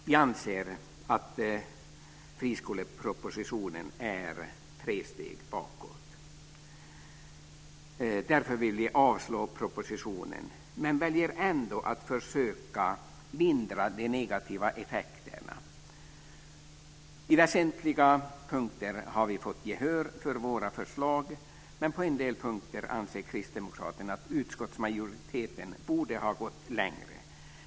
Vi anser att friskolepropositionen innebär tre steg bakåt. Därför vill vi avslå propositionen, men väljer ändå att försöka lindra de negativa effekterna. På väsentliga punkter har vi fått gehör för våra förslag, men på en del punkter anser Kristdemokraterna att utskottsmajoriteten borde ha gått längre.